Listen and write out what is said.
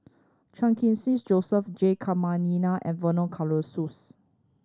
Chan Khun Sing Joseph J Jayamani and Vernon Cornelius